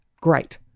Great